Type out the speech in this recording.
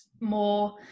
More